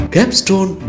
Capstone